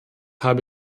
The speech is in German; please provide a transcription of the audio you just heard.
habe